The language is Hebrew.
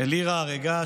"בעיר ההרגה",